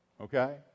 Okay